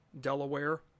Delaware